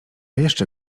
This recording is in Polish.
jeszcze